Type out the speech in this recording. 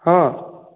ହଁ